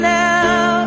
now